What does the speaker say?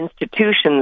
institutions